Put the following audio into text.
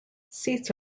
seats